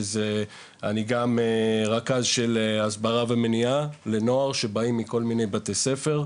שאני גם רכז של הסברה ומניעה לנוער שבאים מכל מיני בתי ספר,